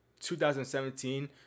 2017